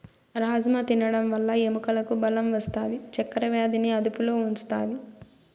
రాజ్మ తినడం వల్ల ఎముకలకు బలం వస్తాది, చక్కర వ్యాధిని అదుపులో ఉంచుతాది